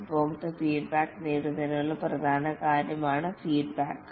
ഉപഭോക്തൃ ഫീഡ്ബാക്ക് നേടുന്നതിനുള്ള പ്രധാന കാര്യമാണ് ഫീഡ്ബാക്ക്